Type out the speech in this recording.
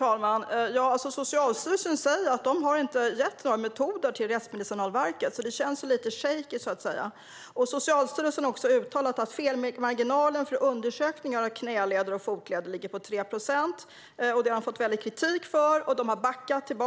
Herr talman! Socialstyrelsen säger att de inte har gett några metoder till Rättsmedicinalverket, så det känns så att säga lite shaky. Socialstyrelsen har också uttalat att felmarginalen för undersökning av knäleder och fotleder ligger på 3 procent. Det har man fått väldig kritik för och då backat, vilket